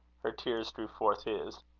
her tears drew forth his.